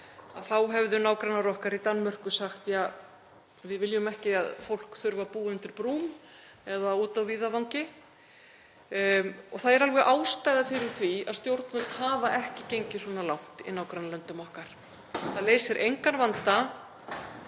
þá hefðu nágrannar okkar í Danmörku sagt: Ja, við viljum ekki að fólk þurfi að búa undir brúm eða úti á víðavangi. Það er alveg ástæða fyrir því að stjórnvöld hafa ekki gengið svona langt í nágrannalöndum okkar. Það leysir engan vanda